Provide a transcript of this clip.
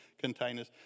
containers